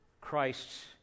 Christ's